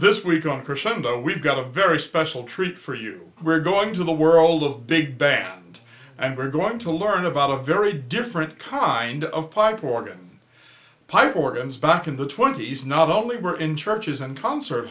this week on crescendo we've got a very special treat for you we're going to the world of big band and we're going to learn about a very different kind of pipe organ pipe organs back in the twenty's not only were in truckers and concert